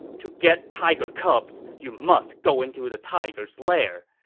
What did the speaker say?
to get tiger cubs, you must go into the tiger's lair!